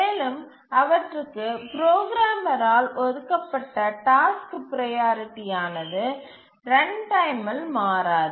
மேலும் அவற்றுக்கு புரோகிராமரால் ஒதுக்கப்பட்ட டாஸ்க் ப்ரையாரிட்டி ஆனது ரன்டைமில் மாறாது